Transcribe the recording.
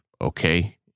okay